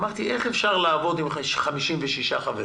אמרתי: איך אפשר לעבוד עם 56 חברים?